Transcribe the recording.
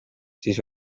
siis